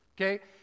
okay